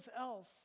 else